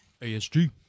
ASG